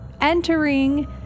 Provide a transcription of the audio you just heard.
entering